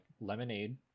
Lemonade